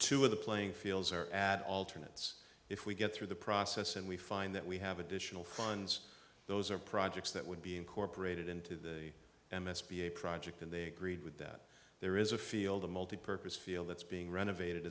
two of the playing fields or at alternate it's if we get through the process and we find that we have additional funds those are projects that would be incorporated into the m s p a project and they agreed with that there is a field of multi purpose feel that's being renovated